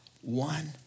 one